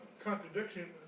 contradiction